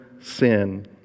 sin